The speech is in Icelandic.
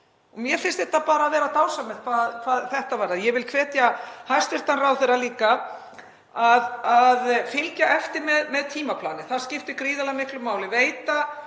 Mér finnst þetta bara dásamlegt hvað þetta varðar. Ég vil hvetja hæstv. ráðherra líka að fylgja eftir tímaplani, það skiptir gríðarlega miklu máli.